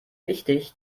wichtig